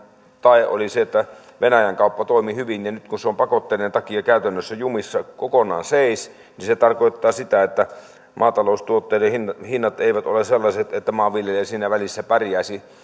tae oli se että venäjän kauppa toimi hyvin ja nyt kun se on pakotteiden takia käytännössä jumissa kokonaan seis niin se tarkoittaa sitä että maataloustuotteiden hinnat hinnat eivät ole sellaiset että maanviljelijä siinä välissä pärjäisi